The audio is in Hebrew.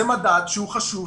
זה מדד שהוא חשוב,